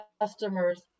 customers